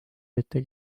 mitte